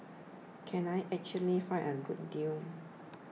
can I actually find a good deal